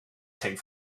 getting